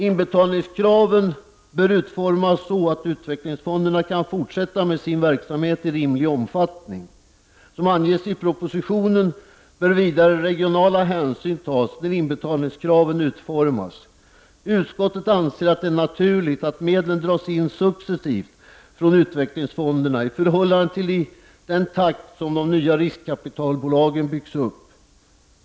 Inbetalningskraven bör utformas så att utvecklingsfonderna kan fortsätta med sin verksamhet i rimlig omfattning. Som anges i propositionen bör vidare regionala hänsyn tas när inbetalningskraven utformas. Utskottet anser att det är naturligt att medlen dras in successivt från utvecklingsfonderna i förhållande till den takt som de nya riskkapitalbolagen byggs upp.